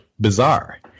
bizarre